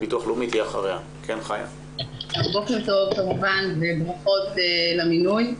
בוקר טוב וברכות למינוי.